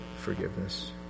forgiveness